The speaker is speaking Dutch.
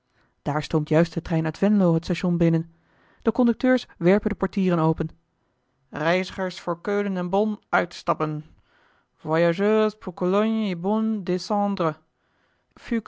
daar stoomt juist de trein uit venlo het station binnen de conducteurs werpen de portieren open reizigers voor keulen en bonn uitstappen